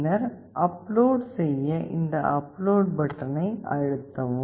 பின்னர் அப்லோட் செய்ய இந்த அப்லோட் பட்டனை அழுத்தவும்